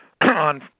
on